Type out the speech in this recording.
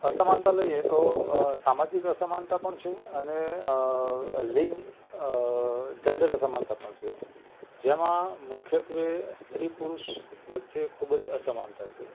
અસમાનતા લઈએ તો સામાજિક અસામનતા પણ છે અને લિંગ જૅન્ડર અસામનતા પણ છે જેમાં મુખ્યત્ત્વે સ્ત્રી પુરુષ વચ્ચે ખૂબ જ અસમાનતા છે